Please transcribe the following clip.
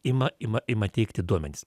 ima ima ima teikti duomenis